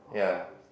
yeah